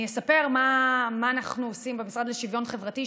אני אספר מה אנחנו עושים במשרד לשוויון חברתי,